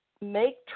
make